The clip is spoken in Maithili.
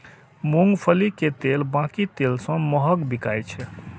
मूंगफली के तेल बाकी तेल सं महग बिकाय छै